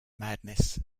madness